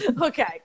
Okay